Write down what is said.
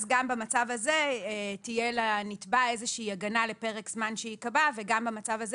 גם במצב הזה תהיה לנתבע איזושהי הגנה לפרק זמן שייקבע וגם במצב הזה